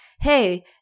hey